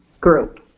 group